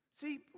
See